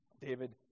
David